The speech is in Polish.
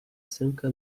sęka